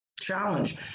challenge